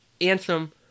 Anthem